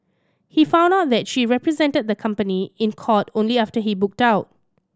he found out that she represented the company in court only after he booked out